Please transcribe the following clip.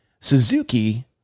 Suzuki